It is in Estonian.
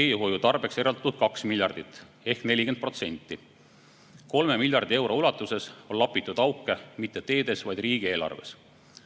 teehoiu tarbeks eraldatud 2 miljardit ehk 40%. Nii et 3 miljardi euro eest on lapitud auke mitte teedes, vaid riigieelarves. Automaksu